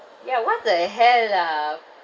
ya what the hell lah